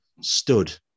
stood